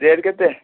rate କେତେ